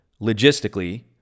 logistically